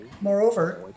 Moreover